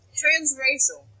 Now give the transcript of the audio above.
transracial